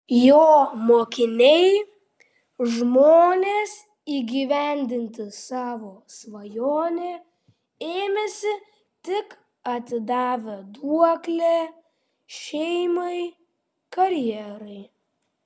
jo mokiniai žmonės įgyvendinti savo svajonę ėmęsi tik atidavę duoklę šeimai karjerai